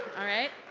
alright,